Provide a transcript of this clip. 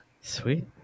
Sweet